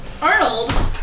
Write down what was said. Arnold